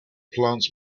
plants